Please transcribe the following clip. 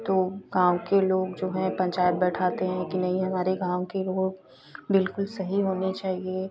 तो गाँव के लोग जो हैं पंचायत बैठाते हैं कि नहीं हमारे गाँव की रोड बिल्कुल सही होनी चाहिए